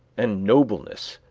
and nobleness,